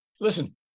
Listen